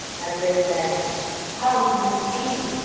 as they said how can this be?